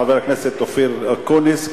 חבר הכנסת אופיר אקוניס,